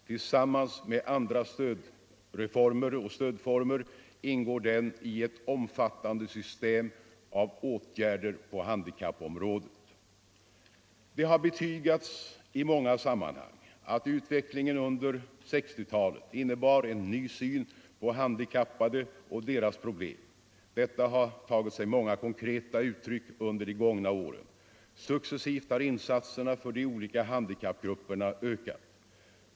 Tillsammans med andra stödformer ingår den i ett omfattande system av åtgärder på handikappområdet. Det har betygats i många sammanhang att utvecklingen under 1960 talet innebar en ny syn på handikappade och deras problem. Detta har tagit sig många konkreta uttryck under de gångna åren. Successivt har insatserna för de olika handikappgrupperna ökat.